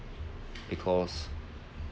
because